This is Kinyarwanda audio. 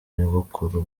nyogokuru